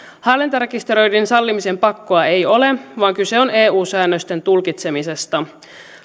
hallintarekisteröinnin sallimisen pakkoa ei ole vaan kyse on eu säännösten tulkitsemisesta